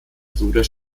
bruder